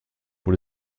pour